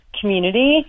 community